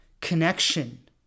connection